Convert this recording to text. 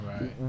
Right